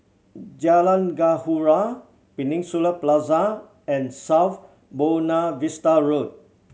Jalan Gaharu Peninsula Plaza and South Buona Vista Road